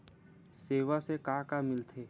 सेवा से का का मिलथे?